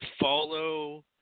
follow